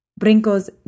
Brincos